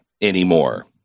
anymore